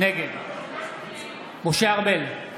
נגד משה ארבל,